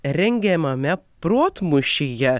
rengiamame protmūšyje